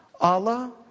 Allah